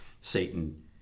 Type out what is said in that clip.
Satan